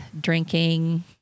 drinking